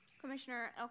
Commissioner